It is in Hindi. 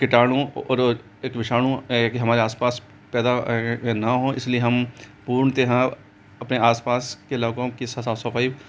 किटाणुओं और एक विषाणुओं एक हमारे आस पास पैदा ना हों इस लिए हम पूर्णतः अपने आस पास के लोगों के साफ़ सफ़ाई